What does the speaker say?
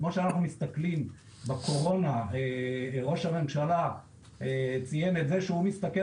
כמו שאנחנו מסתכלים בקורונה וראש הממשלה ציין את זה שהוא מסתכל